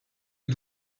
est